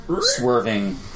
swerving